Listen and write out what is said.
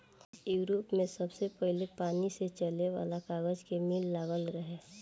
Europe में सबसे पहिले पानी से चले वाला कागज के मिल लागल रहे